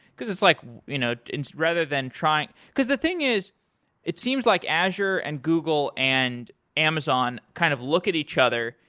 because like you know and rather than trying because the thing is it seems like azure and google and amazon kind of look at each other,